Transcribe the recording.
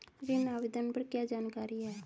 ऋण आवेदन पर क्या जानकारी है?